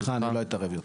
סליחה, אני לא אתערב יותר.